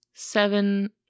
seven